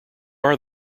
are